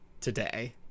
today